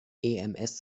ems